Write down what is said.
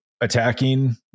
attacking